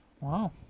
Wow